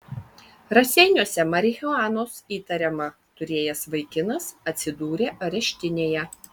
raseiniuose marihuanos įtariama turėjęs vaikinas atsidūrė areštinėje